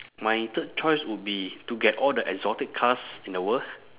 my third choice would be to get all the exotic cars in the world